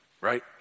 right